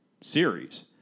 series